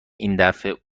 ایندفعه